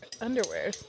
underwear